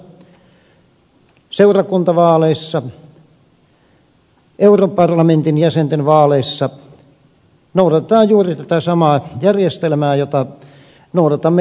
kunnallisvaaleissa seurakuntavaaleissa europarlamentin jäsenten vaaleissa noudatetaan juuri tätä samaa järjestelmää jota noudatamme eduskuntavaaleissakin